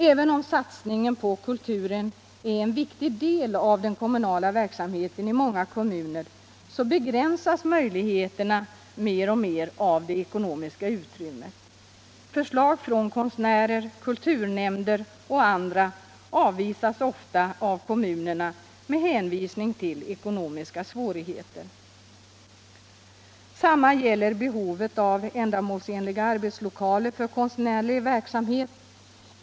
Även om satsningen på kulturen är en viktig del av den kommunala verksamheten i många kommuner, så begränsas möjligheterna mer och mer av det ekonomiska utrymmet. Förslag från konstnärer, kulturnämnder och andra avvisas ofta av kommunerna med hänvisning till ekonomiska svårigheter. Detsamma gäller behovet av ändamålsenliga arbetslokaler för konstnärlig verksamhet.